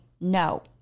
no